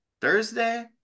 Thursday